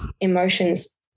emotions